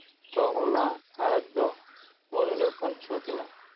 ᱛᱚ ᱚᱱᱟ ᱜᱷᱟᱨᱚᱸᱡᱽ ᱫᱚ ᱩᱱ ᱡᱚᱠᱷᱚᱱ ᱪᱷᱩᱸᱛ ᱮᱱᱟ